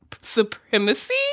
supremacy